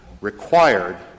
required